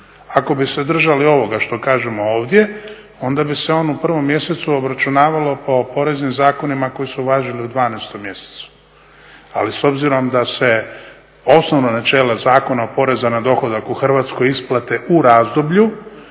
Ako bi se držali ovoga što kažemo ovdje, onda bi se on u prvom mjesecu obračunavalo po poreznim zakonima koji su važili u 12 mjesecu. Ali s obzirom da se osnovno načelo Zakona o porezu na dohodak u Hrvatskoj isplate u razdoblju